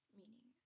meaning